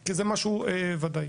כי זה משהו ודאי